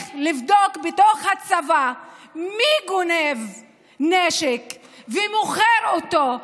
לבדוק בתוך הצבא מי גונב נשק ומוכר אותו,